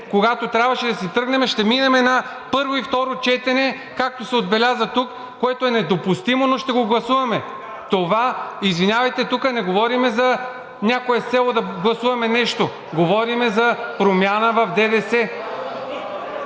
когато трябваше да си тръгнем, ще минем на първо и второ четене, както се отбеляза тук, което е недопустимо, но ще го гласуваме. Извинявайте, тук не говорим за някое село да гласуваме нещо – говорим за промяна в ДДС!